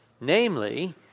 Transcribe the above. Namely